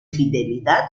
fidelidad